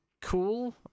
cool